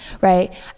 right